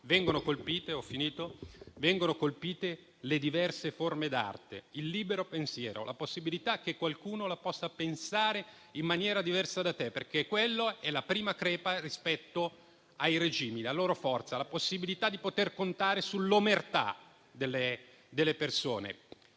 vengono colpite le diverse forme d'arte, il libero pensiero, la possibilità che qualcuno la possa pensare in maniera diversa, perché quella è la prima crepa per i regimi. La forza dei regimi è la possibilità di contare sull'omertà delle persone.